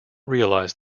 realize